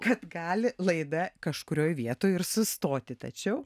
kad gali laida kažkurioj vietoj ir sustoti tačiau